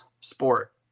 sport